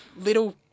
little